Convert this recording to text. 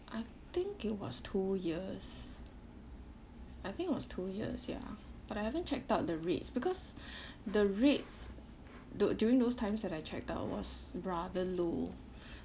I think it was two years I think it was two years ya but I haven't checked out the rates because the rates the during those times that I checked out was rather low